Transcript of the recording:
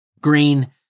green